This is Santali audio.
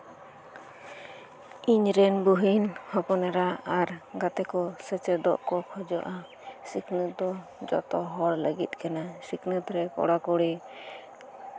ᱤᱧ ᱨᱮᱱ ᱵᱩᱦᱤᱱ ᱟᱨ ᱦᱚᱯᱚᱱ ᱮᱨᱟ ᱜᱟᱛᱮ ᱠᱚ ᱥᱮᱪᱮᱫᱚᱜ ᱠᱚ ᱠᱷᱚᱡᱚᱜᱼᱟ ᱥᱮᱪᱮᱫ ᱫᱚ ᱡᱚᱛᱚ ᱦᱚᱲ ᱞᱟᱹᱜᱤᱫ ᱠᱟᱱᱟ ᱥᱤᱠᱷᱱᱟᱹᱛ ᱨᱮ ᱠᱚᱲᱟᱼᱠᱩᱲᱤ